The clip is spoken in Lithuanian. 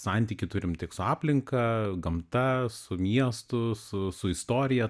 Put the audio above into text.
santykį turim tik su aplinka gamta su miestu su su istorija